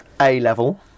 A-level